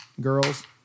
Girls